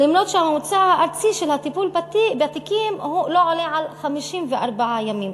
אף שהממוצע הארצי של הטיפול בתיקים לא עולה על 54 ימים.